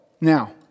now